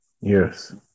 Yes